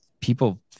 people